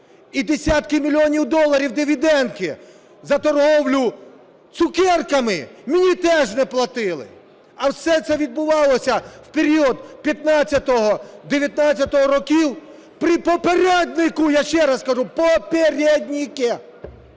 і десятки мільйонів доларів дивідендів за торгівлю цукерками мені теж не платили. А все це відбувалося в період 2015-2019 років при "попєрєдніку", я ще раз кажу, "попєрєдніку".